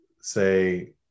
say